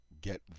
get